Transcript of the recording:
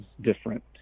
different